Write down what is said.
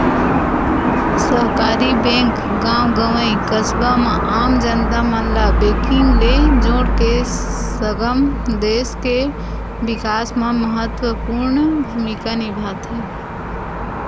सहकारी बेंक गॉव गंवई, कस्बा म आम जनता मन ल बेंकिग ले जोड़ के सगं, देस के बिकास म महत्वपूर्न भूमिका निभाथे